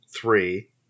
three